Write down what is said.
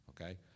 okay